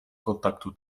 kontaktu